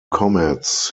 comets